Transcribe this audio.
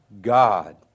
God